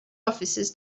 officers